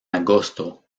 agosto